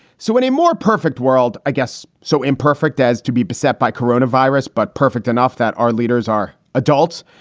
so in a more perfect world, i guess so imperfect as to be beset by corona virus, but perfect enough that our leaders are adults.